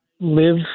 live